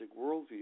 worldview